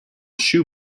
shoes